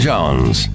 Jones